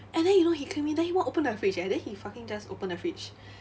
and then you know he came in and then he walk open the fridge eh then he fucking just open the fridge